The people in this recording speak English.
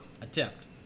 attempt